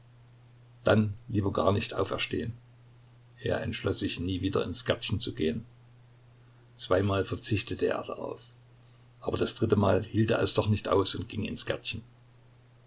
dann lieber gar nicht auferstehen er entschloß sich nie wieder ins gärtchen zu gehen zweimal verzichtete er darauf aber das drittemal hielt er es doch nicht aus und ging ins gärtchen